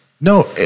No